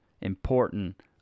important